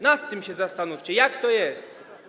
Nad tym się zastanówcie, jak to jest.